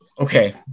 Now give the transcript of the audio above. Okay